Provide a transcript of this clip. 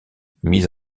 mis